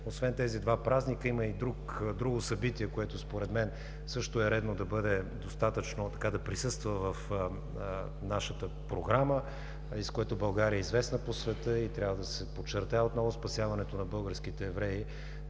Освен тези два празника има и друго събитие, което според мен също е редно да присъства в нашата програма и с което България е известна по света, и трябва да се подчертае отново – спасяването на българските евреи.